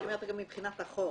לא, אני אומרת מבחינת החוק.